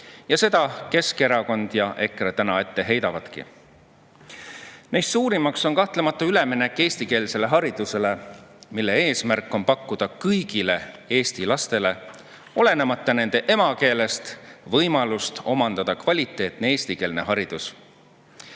ja seda Keskerakond ja EKRE täna ette heidavadki. Suurim [muutus] on kahtlemata üleminek eestikeelsele haridusele, mille eesmärk on pakkuda kõigile Eesti lastele olenemata nende emakeelest võimalust omandada kvaliteetne eestikeelne haridus.